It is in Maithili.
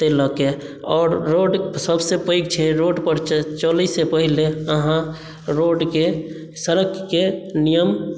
ताहि लऽ कऽ आओर रोड सबसे पैघ छै रोड पर चलै से पहिले आहाँ रोड के सड़कके नियम